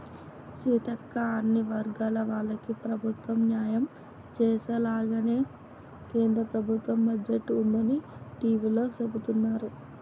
సీతక్క అన్ని వర్గాల వాళ్లకి ప్రభుత్వం న్యాయం చేసేలాగానే కేంద్ర ప్రభుత్వ బడ్జెట్ ఉందని టివీలో సెబుతున్నారు